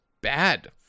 bad